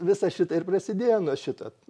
visa šita ir prasidėjo nuo šito